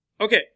Okay